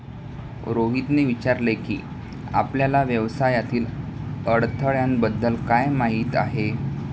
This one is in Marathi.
रोहितने विचारले की, आपल्याला व्यवसायातील अडथळ्यांबद्दल काय माहित आहे?